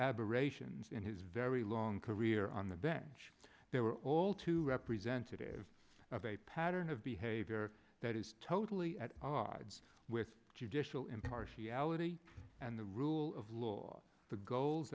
aberrations in his very long career on the bench they were all too representative of a pattern of behavior that is totally at odds with judicial impartiality and the rule of law the goals